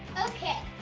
okay,